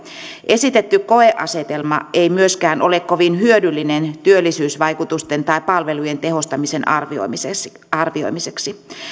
esitetty koeasetelma ei myöskään ole kovin hyödyllinen työllisyysvaikutusten tai palvelujen tehostumisen arvioimiseksi arvioimiseksi